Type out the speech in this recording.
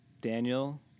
Daniel